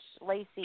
Lacey